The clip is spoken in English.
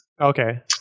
Okay